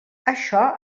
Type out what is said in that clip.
això